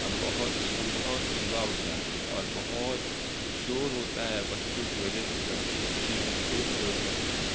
ہم بہت ہم بہت صبح اٹھ جاتے ہیں اور بہت شور ہوتا ہے بچوں کی وجہ سے بچے خوشی میں خوب شور کرتے ہیں